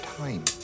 time